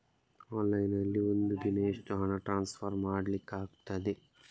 Online ನಲ್ಲಿ ಒಂದು ದಿನ ಎಷ್ಟು ಹಣ ಟ್ರಾನ್ಸ್ಫರ್ ಮಾಡ್ಲಿಕ್ಕಾಗ್ತದೆ?